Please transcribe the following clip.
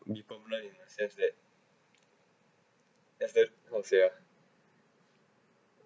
you comply in a sense that that's the how to say [ah}